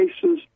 cases